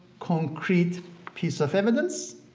concrete piece of evidence,